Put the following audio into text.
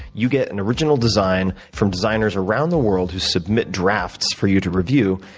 you get an original design from designers around the world who submit drafts for you to review.